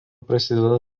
prasideda